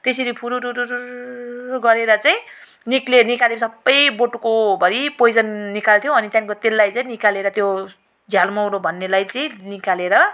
त्यसरी फुरुरुरुरुरुरु गरेर चाहिँ निस्क्यो निकाल्यो सबै बटुकोभरि पोइजन निकाल्थ्यो अनि त्यहाँको त्यसलाई निकालेर त्यो झारमौरो भन्नेलाई चाहिँ निकालेर